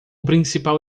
principal